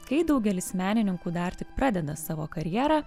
kai daugelis menininkų dar tik pradeda savo karjerą